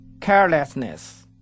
carelessness